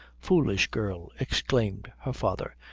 foolish girl! exclaimed her father,